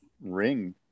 ring